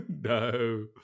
No